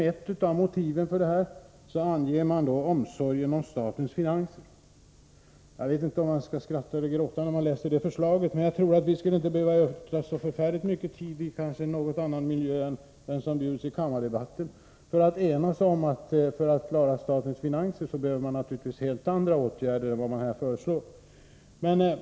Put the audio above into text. Ett av motiven till detta krav om privatisering anges vara omsorgen om statens finanser. Jag vet inte om man skall skratta eller gråta när man läser detta förslag. Men jag tror att vi inte skulle behöva ödsla så förfärligt mycket tid, i en kanske något annan miljö än den som bjuds vid kammardebatten, för att bli eniga om att för att klara statens finanser fordras helt andra åtgärder än de som föreslås här.